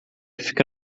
fica